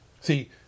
See